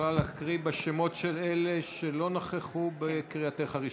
את יכולה להקריא את שמות אלה שלא נכחו בקריאתך הראשונה.